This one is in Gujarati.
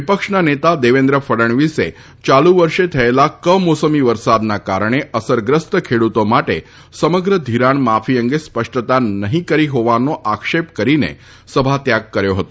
વિપક્ષના નેતા દેવેન્દ્ર ફડણવીસે યાલુ વર્ષે થયેલા કમોસમી વરસાદના કારણે અસરગ્રસ્ત ખેડૂતો માટે સમગ્ર ઘિરાણ માફી અંગે સ્પષ્ટતા નહીં કરી હોવાનો આક્ષેપ કરીને સભાત્યાગ કર્યો હતો